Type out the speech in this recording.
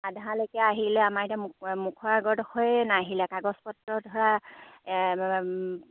আধালৈকে আহিলে আমাৰ এতিয়া মু মুখৰ আগত ডোখৰে নাহিলে কাগজ পত্ৰ ধৰা